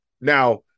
now